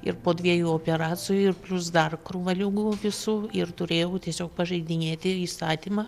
ir po dviejų operacijų ir plius dar krūva ligų visų ir turėjau tiesiog pažeidinėti įstatymą